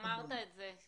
אמרת את זה.